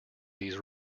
these